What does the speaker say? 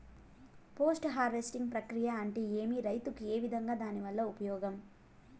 Post harvesting ప్రక్రియ అంటే ఏమి? రైతుకు ఏ విధంగా దాని వల్ల ఉపయోగం?